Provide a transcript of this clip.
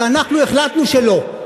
אנחנו החלטנו שלא.